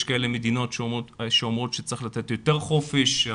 יש מדינות שאומרות שצריך לתת יותר חופש,